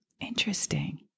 Interesting